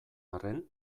arren